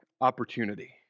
opportunity